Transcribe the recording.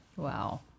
Wow